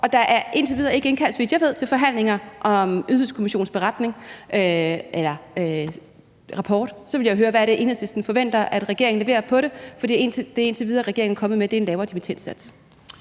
og der er indtil videre ikke, så vidt jeg ved, indkaldt til forhandlinger om Ydelseskommissionens beretning eller rapport. Så ville jeg høre, hvad det er, Enhedslisten forventer regeringen leverer på det. For det, regeringen indtil videre er kommet med, er en lavere dimittendsats.